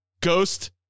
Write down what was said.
Ghost